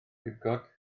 pibgod